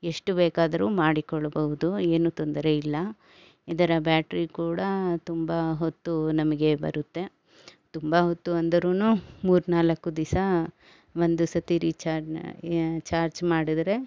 ಎಷ್ಟು ಬೇಕಾದರೂ ಮಾಡಿಕೊಳ್ಬವ್ದು ಏನೂ ತೊಂದರೆ ಇಲ್ಲ ಇದರ ಬ್ಯಾಟ್ರಿ ಕೂಡ ತುಂಬ ಹೊತ್ತು ನಮಗೆ ಬರುತ್ತೆ ತುಂಬ ಹೊತ್ತು ಅಂದರೂ ಮೂರು ನಾಲ್ಕು ದಿವಸ ಒಂದು ಸತಿ ರಿಚಾರ್ಜ್ ಚಾರ್ಜ್ ಮಾಡಿದ್ರೆ